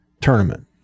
tournament